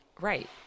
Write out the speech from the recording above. right